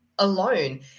alone